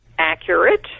accurate